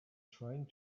trying